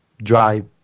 drive